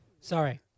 Sorry